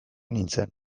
nintzen